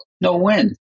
No-win